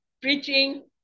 preaching